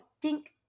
dink